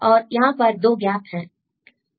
और यहां पर 2 गैप हैं